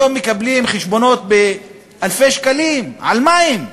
היום מקבלים חשבונות באלפי שקלים על מים.